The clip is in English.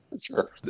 Sure